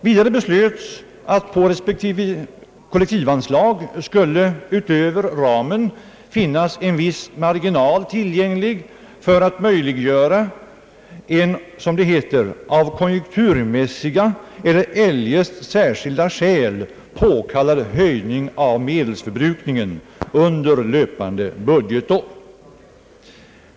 Vidare beslöts att på respektive kollektivanslag skulle utöver ramen finnas en viss marginal tillgänglig för att möjliggöra en av konjunkturmässiga eller eljest särskilda skäl påkallad höjning av medelsförbrukningen under löpande budgetår.